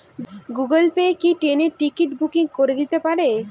Google Pay কি ট্রেনের ticket booking করে দিতে পারে?